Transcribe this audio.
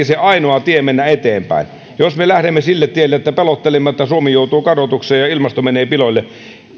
se ainoa tie mennä eteenpäin jos me lähdemme sille tielle että pelottelemme että suomi joutuu kadotukseen ja ilmasto menee piloille niin